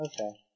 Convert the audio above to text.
Okay